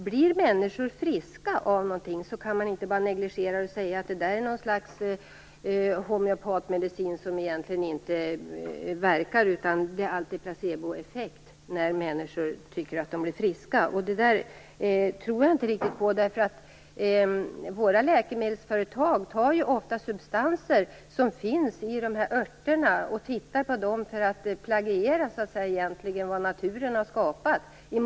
Blir människor friska av någonting kan man inte bara negligera det och säga att det handlar om något slags homeopatmedicin som egentligen inte verkar utan att det handlar om placeboeffekt när människor tycker att de blir friska. Det där tror jag inte riktigt på, eftersom våra läkemedelsföretag ofta tar substanser från olika örter för att plagiera vad naturen har skapat.